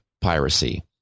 piracy